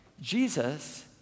Jesus